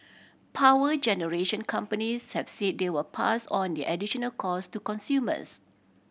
power generation companies have said they will pass on the additional cost to consumers